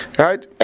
right